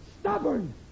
Stubborn